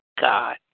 God